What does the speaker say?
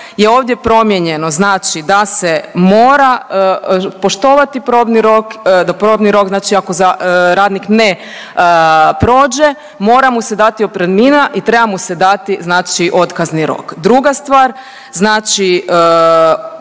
je ovdje promijenjeno znači da se mora poštovati probni rok, da probni rok znači ako radnik ne prođe, mora mu se dati otpremnima i treba mu se dati znači otkazni rok. Druga stvar, znači